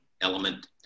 element